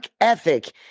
ethic